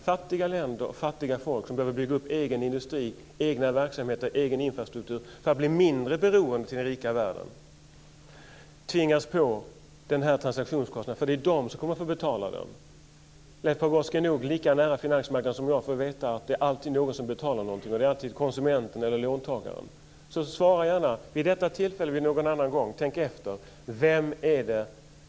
Fattiga länder och fattiga folk som behöver bygga upp en egen industri, egna verksamheter och en egen infrastruktur för att bli mindre beroende av den rika världen tvingas på den här transaktionskostnaden. Det är nämligen de som kommer att få betala den. Leif Pagrotsky är nog lika nära finansmarknaden som jag för att veta att det alltid är någon som betalar någonting, och det är alltid konsumenten eller låntagaren. Svara gärna, vid detta tillfälle eller någon annan gång, och tänk efter!